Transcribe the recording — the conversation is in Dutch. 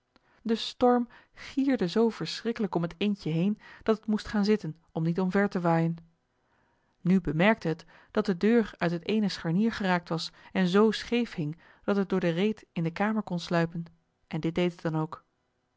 de storm gierde zoo verschrikkelijk om het eendje heen dat het moest gaan zitten om niet omver te waaien nu bemerkte het dat de deur uit het eene scharnier geraakt was en zoo scheef hing dat het door de reet in de kamer kon sluipen en dit deed het dan ook